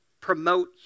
promote